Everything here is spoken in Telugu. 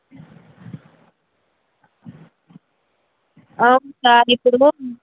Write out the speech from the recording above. అవును సార్ ఇప్పుడూ